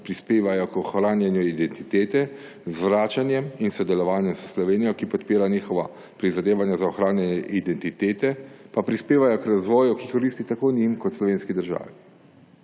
prispevajo k ohranjanju identitete, z vračanjem in sodelovanjem s Slovenijo, ki podpira njihova prizadevanja za ohranjanje identitete, pa prispevajo k razvoju, ki koristi tako njim kot slovenski državi.